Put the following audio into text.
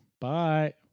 Bye